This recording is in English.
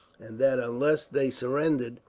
and that, unless they surrendered,